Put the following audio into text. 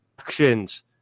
actions